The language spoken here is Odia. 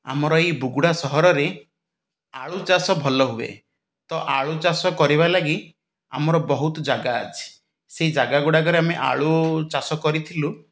ଆମର ଏହି ବୁଗୁଡ଼ା ସହରରେ ଆଳୁ ଚାଷ ଭଲ ହୁଏ ତ ଆଳୁ ଚାଷ କରିବା ଲାଗି ଆମର ବହୁତ ଜାଗା ଅଛି ସେହି ଜାଗାଗୁଡ଼ାକରେ ଆମେ ଆଳୁ ଚାଷ କରିଥିଲୁ